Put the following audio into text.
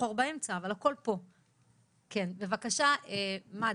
כן, בבקשה, מד"א.